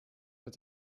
wird